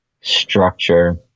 structure